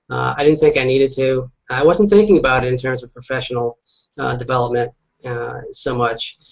i didn't think i needed to. i wasn't thinking about it in terms of professional development so much.